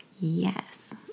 Yes